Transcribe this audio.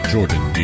Jordan